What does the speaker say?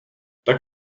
tak